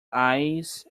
eyes